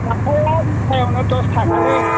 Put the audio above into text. लाफाया मुथायाव दस थाखालै